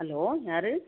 hello யார்